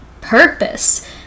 purpose